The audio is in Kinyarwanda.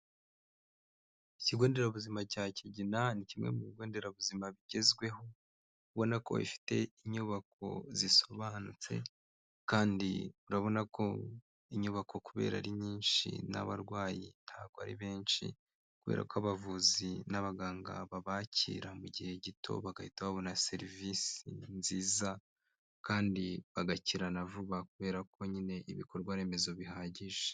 Ikigo nderabuzima cya Kigina ni kimwe mu bigo nderabuzima bigezweho, ubona ko ifite inyubako zisobanutse kandi urabona ko inyubako kubera ari nyinshi n'abarwayi ntabwo ari benshi kubera ko abavuzi n'abaganga babakira mu gihe gito bagahita babona serivisi nziza kandi bagakira na vuba kubera ko nyine ibikorwa remezo bihagije.